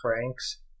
francs